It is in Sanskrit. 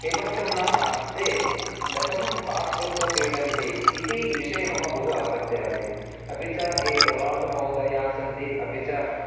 किमर्थं नाम ते कथं पास् कृत्वा क्रीडन्ति इति विषये मम बहु आसक्तिरासीत् अपि च ये रोनाल्ड् महोदयाः सन्ति अपि च